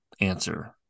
answer